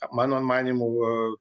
mano manymu